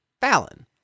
Fallon